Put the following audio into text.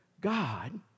God